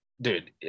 Dude